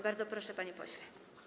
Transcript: Bardzo proszę, panie pośle.